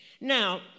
Now